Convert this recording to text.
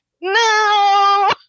No